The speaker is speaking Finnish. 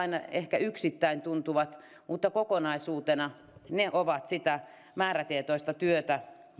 ehkä yksittäin tuntuvat siltä mutta kokonaisuutena ne ovat sitä määrätietoista työtä